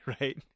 right